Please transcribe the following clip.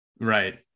right